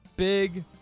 Big